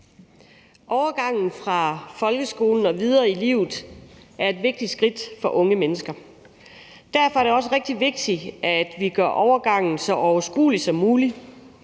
Overgangen fra folkeskolen til at komme videre i livet er et vigtigt skridt for unge mennesker. Derfor er det også rigtig vigtigt, at vi gør overgangen så overskuelig som muligt,